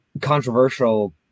controversial